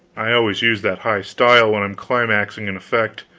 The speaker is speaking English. i always use that high style when i'm climaxing an effect.